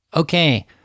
Okay